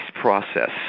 process